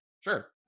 Sure